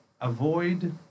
avoid